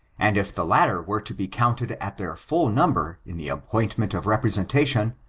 and if the latta r were to be counted at their full number in the appoint ment of representation,